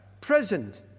present